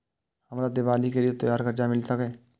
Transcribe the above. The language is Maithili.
हमरा दिवाली के लिये त्योहार कर्जा मिल सकय?